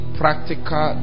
practical